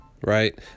right